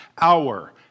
hour